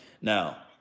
Now